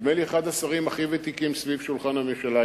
נדמה לי אחד השרים הכי ותיקים סביב שולחן הממשלה,